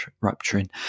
rupturing